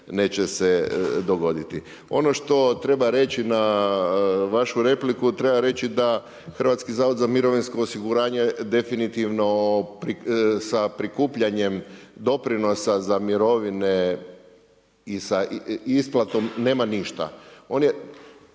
neće se dogoditi. Ono što treba reći na vašu repliku, treba reći da HZMO definitivno sa prikupljanjem doprinosa za mirovine i sa isplatom nema ništa. On je